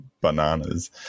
bananas